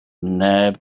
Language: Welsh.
neb